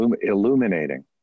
illuminating